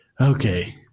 Okay